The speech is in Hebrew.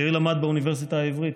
יאיר למד באוניברסיטה העברית.